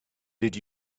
did